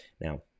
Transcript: Now